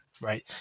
right